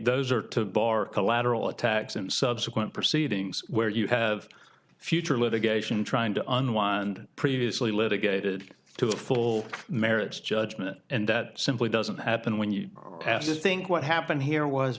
those are to bar collateral attacks in subsequent proceedings where you have future litigation trying to unwind previously litigated to the full merits judgement and that simply doesn't happen when you think what happened here was